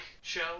show